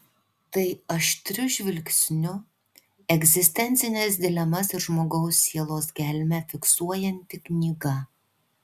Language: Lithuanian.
tai aštriu žvilgsniu egzistencines dilemas ir žmogaus sielos gelmę fiksuojanti knyga